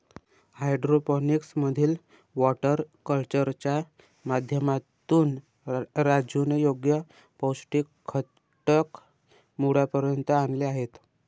hydroponics मधील water कल्चरच्या माध्यमातून राजूने योग्य पौष्टिक घटक मुळापर्यंत आणले आहेत